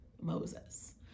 Moses